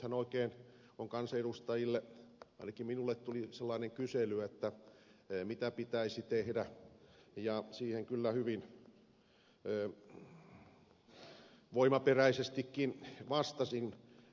nythän oikein on kansanedustajille tullut ainakin minulle tuli sellainen kysely mitä pitäisi tehdä ja siihen kyllä hyvin voimaperäisestikin vastasin